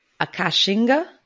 Akashinga